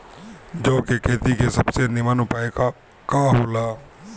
जौ के खेती के सबसे नीमन उपाय का हो ला?